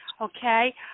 Okay